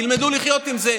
תלמדו לחיות עם זה.